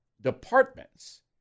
departments